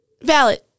Valid